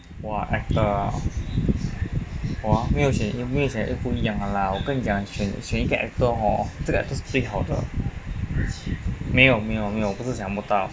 !wah! actor ah 没有选没有选不一样的啦跟你讲选一个 actor hor 是最好的没有没有没有不是想不到